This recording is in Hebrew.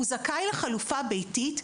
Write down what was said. הוא זכאי לחלופה ביתית.